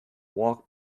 walk